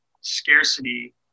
scarcity